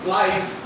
life